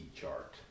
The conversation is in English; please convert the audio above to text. chart